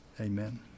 Amen